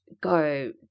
go